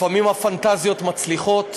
לפעמים הפנטזיות מצליחות,